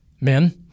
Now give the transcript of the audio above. Men